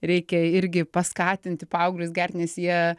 reikia irgi paskatinti paauglius gert nes jie